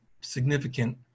significant